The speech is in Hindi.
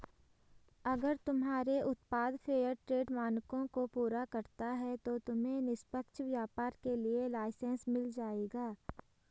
अगर तुम्हारे उत्पाद फेयरट्रेड मानकों को पूरा करता है तो तुम्हें निष्पक्ष व्यापार के लिए लाइसेन्स मिल जाएगा